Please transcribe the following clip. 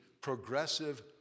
progressive